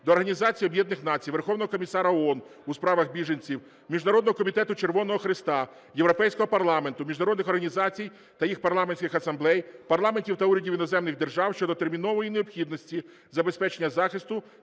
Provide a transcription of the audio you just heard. до Організації Об'єднаних Націй, Верховного комісара ООН у справах біженців, Міжнародного комітету Червоного Хреста, Європейського парламенту, міжнародних організацій та їх парламентських асамблей, парламентів та урядів іноземних держав щодо термінової необхідності забезпечення захисту